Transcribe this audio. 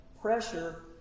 pressure